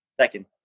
second